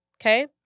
okay